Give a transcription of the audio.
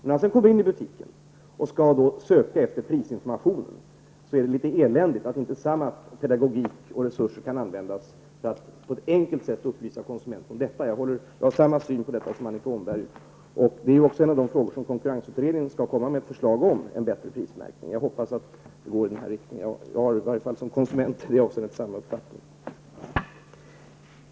När man så kommer in i affären och söker efter prisinformation, är det eländigt att finna att inte samma pedagogik och samma resurser används för att på ett enkelt sätt upplysa konsumenterna om priserna. Jag har samma syn på denna fråga som Annika Åhnberg. Detta är också en av de frågor som konkurrensutredningen skall lägga fram förslag om. Jag hoppas att dessa förslag kommer att gå i den riktning som Annika Åhnberg och jag önskar. Som konsumenter har vi här samma uppfattning.